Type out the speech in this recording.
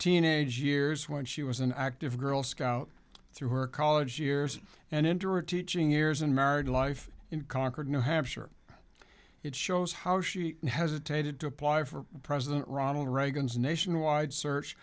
teenage years when she was an active girl scout through her college years and interest in years and married life in concord new hampshire it shows how she hesitated to apply for president ronald reagan's nationwide search